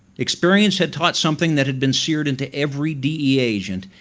experience had taught something that had been seared into every dea agent,